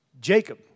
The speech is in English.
Jacob